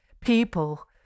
people